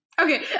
okay